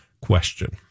question